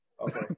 Okay